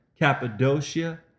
Cappadocia